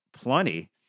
plenty